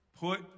put